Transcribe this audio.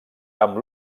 amb